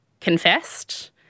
confessed